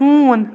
ہوٗن